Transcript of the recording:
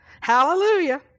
Hallelujah